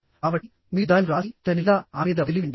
కాబట్టి మీరు దానిని వ్రాసి అతని లేదా ఆమె మీద వదిలివేయండి